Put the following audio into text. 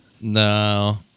No